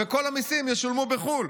וכל המיסים ישולמו בחו"ל.